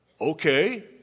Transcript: okay